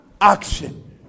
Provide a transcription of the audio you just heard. action